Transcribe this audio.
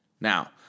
Now